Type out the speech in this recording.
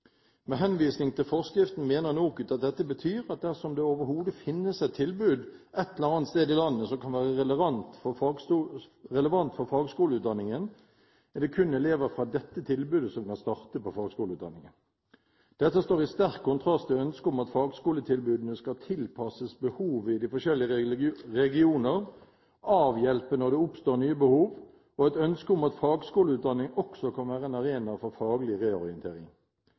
Med henvisning til forskriften mener NOKUT at dette betyr at dersom det overhodet finnes et tilbud ett eller annet sted i landet som kan være relevant for fagskoleutdanningen, er det kun elever fra dette tilbudet som kan starte på fagskoleutdanningen. Dette står i sterk kontrast til ønsket om at fagskoletilbudene skal tilpasses behovet i de forskjellige regioner, avhjelpe når det oppstår nye behov, og et ønske om at fagskoleutdanning også kan være en arena for faglig reorientering.